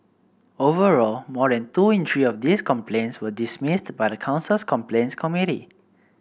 overall more than two in three of these complaints were dismissed by the council's complaints committee